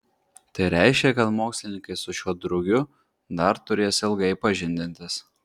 tai reiškia kad mokslininkai su šiuo drugiu dar turės ilgai pažindintis